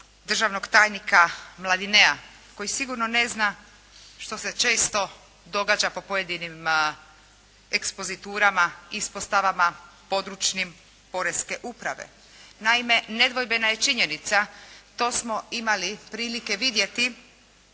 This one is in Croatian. državnog tajnika Mladinea koji sigurno ne zna što se često događa po pojedinim ekpoziturama, ispostavama, područnim poreske uprave. Naime, nedvojbena je činjenica, to smo imali prilike vidjeti